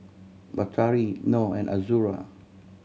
Batari Noh and Azura